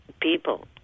people